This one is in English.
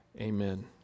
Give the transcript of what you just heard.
Amen